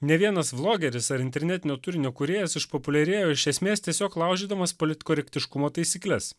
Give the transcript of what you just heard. ne vienas vlogeris ar internetinio turinio kūrėjas išpopuliarėjo iš esmės tiesiog laužydamas politkorektiškumo taisykles